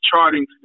charting